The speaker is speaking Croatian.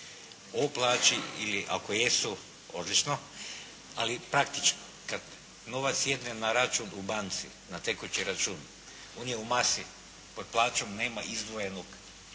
o plaći ili, ako jesu odlično, ali praktički kad novac sjedne na račun u banci na tekući račun, on je u masi. Pod plaćom nema izdvojenog